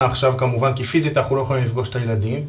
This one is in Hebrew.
עכשיו כמובן כי פיזית אנחנו לא יכולים לפגוש את הילדים,